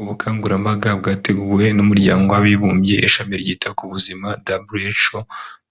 Ubukangurambaga bwateguwe n'umuryango w'abibumbye ishami ryita ku buzima We2